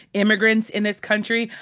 immigrants in this country.